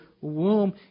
womb